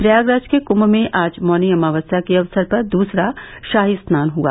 प्रयागराज के कुम्म में आज मौनी अमावस्या के अवसर पर दूसरा शाही स्नान हुआ